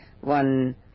one